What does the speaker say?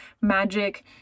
magic